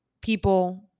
people